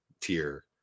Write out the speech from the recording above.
tier